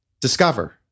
Discover